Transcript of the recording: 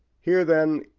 here, then,